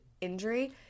injury